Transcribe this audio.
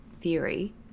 theory